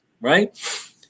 right